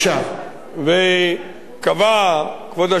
וקבע כבוד השופט גולדברג במילותיו,